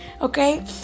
okay